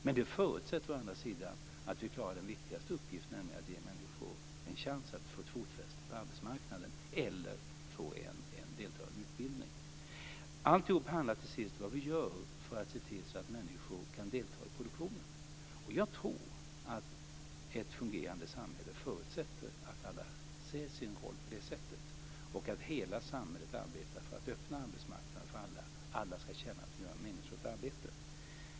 Men det förutsätter å andra sidan att vi klarar den viktigaste uppgiften, nämligen att ge människor en chans att få fotfäste på arbetsmarknaden eller delta i en utbildning. Till sist handlar allting om vad vi gör för att se till så att människor kan delta i produktionen. Jag tror att ett fungerande samhälle förutsätter att alla ser sin roll på det sättet och att hela samhället arbetar för att öppna arbetsmarknaden för alla. Alla ska känna att de gör ett meningsfullt arbete.